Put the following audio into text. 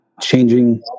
changing